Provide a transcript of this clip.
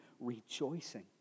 rejoicing